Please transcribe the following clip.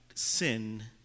Sin